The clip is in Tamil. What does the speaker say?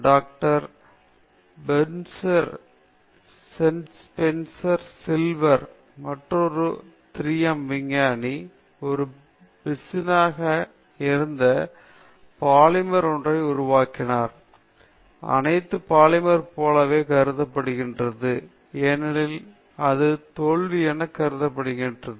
டாக்டர் ஸ்பென்சர் சில்வர் மற்றொரு 3M விஞ்ஞானி ஒரு பிசினாக இருந்த பாலிமர் ஒன்றை உருவாக்கினார் அனைத்து பாலிமர் போலவே கருதப்படுகிறது ஏனெனில் அது தோல்வி என கருதப்படுகிறது